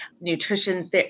nutrition